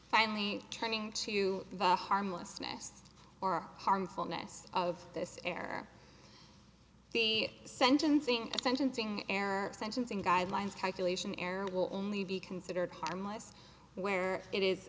finally turning to the harmlessness or harmfulness of this air the sentencing sentencing error sentencing guidelines calculation error will only be considered harmless where it is